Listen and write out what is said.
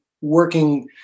working